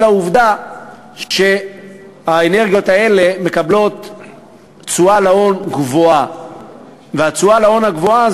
העובדה שהאנרגיות האלה מקבלות תשואה גבוהה על ההון,